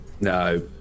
no